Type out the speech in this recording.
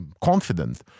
confident